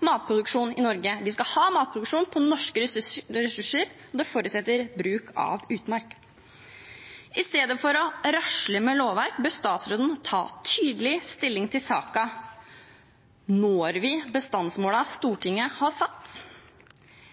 matproduksjon i Norge. Vi skal ha matproduksjon på norske ressurser, men det forutsetter bruk av utmark. I stedet for å rasle med lovverk bør statsråden ta tydelig stilling i saken. Når vi bestandsmålene Stortinget har satt,